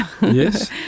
Yes